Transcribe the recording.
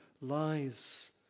lies